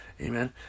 amen